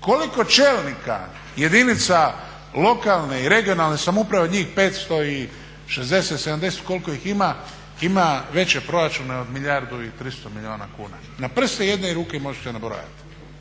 Koliko čelnika jedinica lokalne i regionalne samouprave od njih 560, 570 koliko ih ima, ima veće proračune od milijardu i 300 milijuna kuna. Na prste jedne ruke ih možete nabrojati.